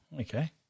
okay